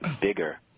bigger